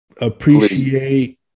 Appreciate